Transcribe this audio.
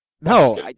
No